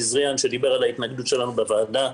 זריהן שדיבר על ההתנגדות שלנו בוועדה.